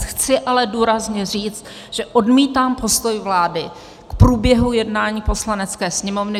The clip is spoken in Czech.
Chci ale důrazně říct, že odmítám postoj vlády k průběhu jednání Poslanecké sněmovny.